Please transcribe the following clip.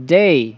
day